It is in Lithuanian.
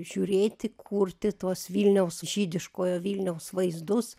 žiūrėti kurti tuos vilniaus žydiškojo vilniaus vaizdus